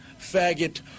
faggot